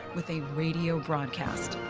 with a radio broadcast.